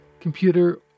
computer